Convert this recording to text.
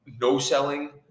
no-selling